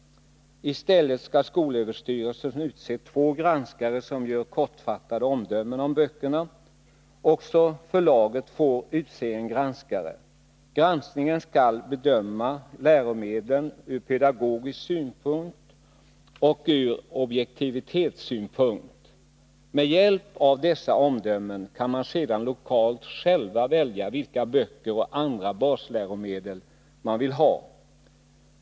I stället skall skolöverstyrelsen utse två granskare som gör kortfattade omdömen om böckerna. Också förlaget får utse en granskare. Granskarna skall bedöma läromedlen både ur pedagogisk synpunkt och ur objektivitetssynpunkt. Med hjälp av dessa omdömen kan man sedan lokalt själv välja vilka böcker och andra basläromedel man vill ha.